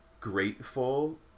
grateful